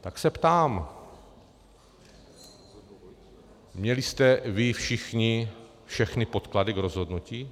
Tak se ptám, měli jste vy všichni všechny podklady k rozhodnutí?